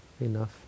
enough